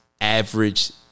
average